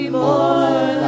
more